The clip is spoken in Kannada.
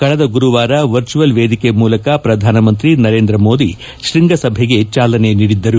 ಕಳೆದ ಗುರುವಾರ ವರ್ಚುವಲ್ ವೇದಿಕೆ ಮೂಲಕ ಪ್ರಧಾನಮಂತ್ರಿ ನರೇಂದ್ರಮೋದಿ ಶೃಂಗಸಭೆಗೆ ಚಾಲನೆ ನೀಡಿದ್ದರು